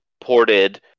ported